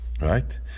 Right